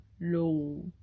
Low